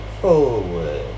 forward